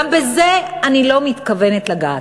גם בזה אני לא מתכוונת לגעת.